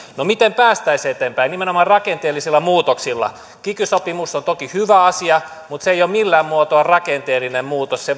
no miten päästäisiin eteenpäin nimenomaan rakenteellisilla muutoksilla kiky sopimus on toki hyvä asia mutta se ei ole millään muotoa rakenteellinen muutos se